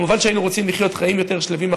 כמובן שהיינו רוצים לחיות חיים יותר שלווים,